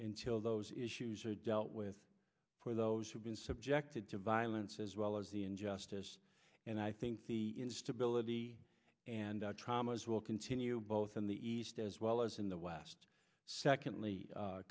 till those issues are dealt with for those who've been subjected to violence as well as the injustice and i think the instability and traumas will continue both in the east as well as in the west secondly